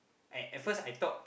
at the first I thought